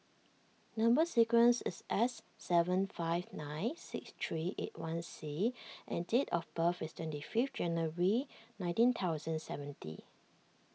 Number Sequence is S seven five nine six three eight one C and date of birth is twenty fifth January nineteen thousand seventy